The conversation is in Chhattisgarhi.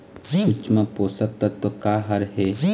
सूक्ष्म पोषक तत्व का हर हे?